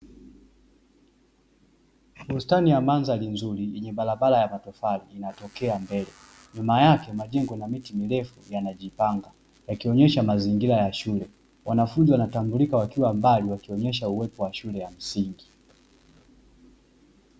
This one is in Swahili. Bustani ya mandhari nzuri, yenye barabara ya matofali inatokea mbele. Nyuma yake, majengo na miti mirefu yanajipanga yakionesha mazingira ya shule. Wanafunzi wanatambulika wakiwa mbali, wakionesha uwepo wa shule ya msingi.